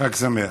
חג שמח.